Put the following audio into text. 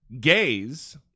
gays